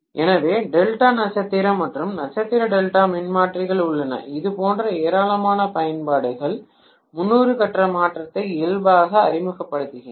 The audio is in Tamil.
எனவே டெல்டா நட்சத்திரம் மற்றும் நட்சத்திர டெல்டா மின்மாற்றிகள் உள்ளன இது போன்ற ஏராளமான பயன்பாடுகள் 300 கட்ட மாற்றத்தை இயல்பாக அறிமுகப்படுத்துகின்றன